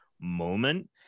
moment